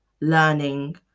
learning